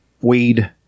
weed